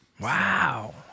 Wow